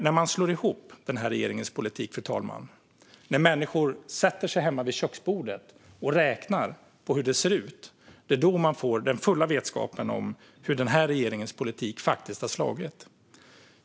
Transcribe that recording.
När människor sätter sig hemma vid köksbordet, slår ihop den här regeringens politik och räknar på hur det ser ut - det är då de får den fulla vetskapen om hur den här regeringens politik faktiskt har slagit.